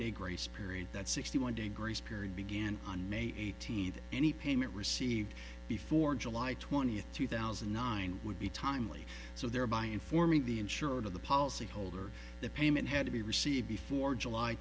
day grace period that sixty one day grace period began on may eighteenth any payment received before july twentieth two thousand and nine would be timely so thereby informing the insured of the policyholder the payment had to be received before july